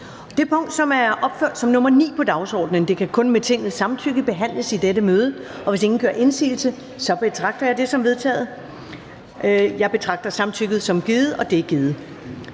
Den sag, som er opført som nr. 9 på dagsordenen, kan kun med Tingets samtykke behandles i dette møde. Hvis ingen gør indsigelse, betragter jeg samtykket som givet. Det er givet.